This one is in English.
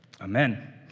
Amen